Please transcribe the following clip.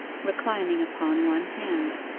reclining upon one hand,